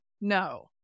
no